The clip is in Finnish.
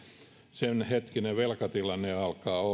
sen hetkinen velkatilanne alkaa